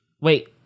Wait